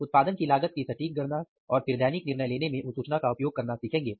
उत्पादन की लागत की सटीक गणना और फिर दैनिक निर्णय लेने में उस सूचना का उयोग करना सीखेंगे